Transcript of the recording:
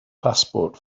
passport